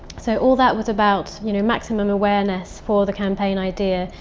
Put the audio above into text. so all that was about you know, maximum awareness for the campaign idea.